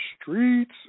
streets